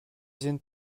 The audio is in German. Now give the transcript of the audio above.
sind